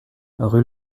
rue